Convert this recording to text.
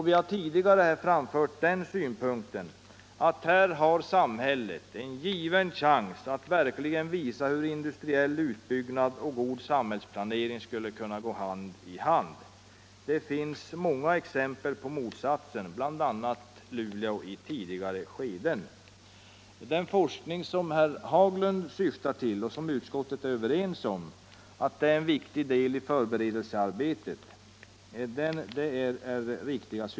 Vi har tidigare framfört synpunkten att samhället här har en given chans att verkligen visa att industriell utbyggnad och god samhällsplanering skulle kunna gå hand i hand. Det finns många exempel på motsatsen, bl.a. Luleå i tidigare skeden. Den forskning som herr Haglund vill ha till stånd anser utskottet enhälligt vara en viktig del i förberedelsearbetet.